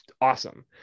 awesome